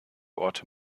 orte